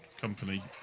company